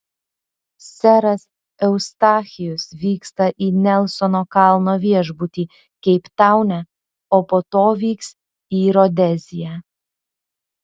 seras eustachijus vyksta į nelsono kalno viešbutį keiptaune o po to vyks į rodeziją